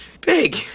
big